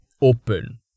open